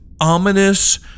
ominous